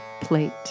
plate